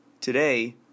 today